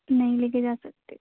نہیں لے کے جا سکتے